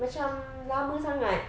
macam lama sangat